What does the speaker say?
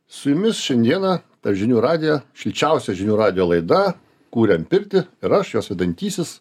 su jumis šiandieną per žinių radiją šilčiausia žinių radijo laida kuriam pirtį ir aš jos vedantysis